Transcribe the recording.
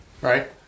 right